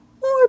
More